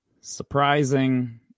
surprising